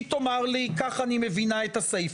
היא תאמר לי כך אני מבינה את הסעיף,